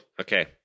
Okay